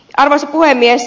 arvoisa puhemies